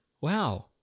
Wow